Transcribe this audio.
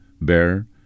bear